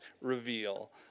reveal